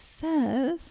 says